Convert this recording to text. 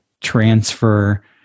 transfer